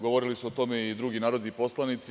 Govorili su o tome i drugi narodni poslanici.